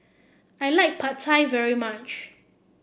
I like Pad Thai very much